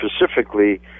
specifically